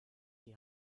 die